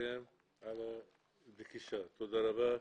לכם על הפגישה, תודה רבה.